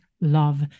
love